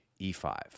e5